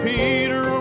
Peter